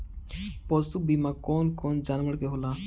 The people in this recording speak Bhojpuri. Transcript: पशु बीमा कौन कौन जानवर के होला?